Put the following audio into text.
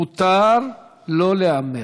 מותר לא להמר.